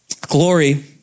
Glory